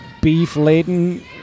beef-laden